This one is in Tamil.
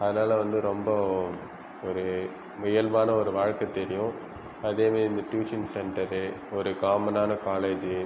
அதனால வந்து ரொம்ப ஒரு இயல்பான ஒரு வாழ்க்கை தெரியும் அதே மாரி இந்த ட்யூஷன் சென்ட்டரு ஒரு காமனான காலேஜூ